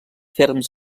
ferms